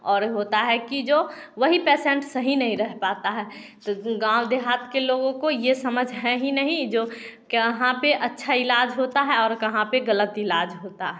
और होता है कि जो वही पैसेंट सही नहीं रह पाता है गाँव देहात के लोगों को ये समझ है ही नहीं जो कहां पर अच्छा ईलाज होता है और कहां पर गलत ईलाज होता है